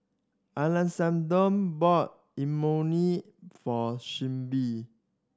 Alessandro bought Imoni for Shelbi